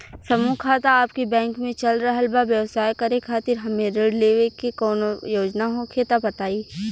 समूह खाता आपके बैंक मे चल रहल बा ब्यवसाय करे खातिर हमे ऋण लेवे के कौनो योजना होखे त बताई?